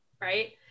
right